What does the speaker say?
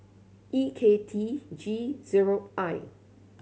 E K T G zero I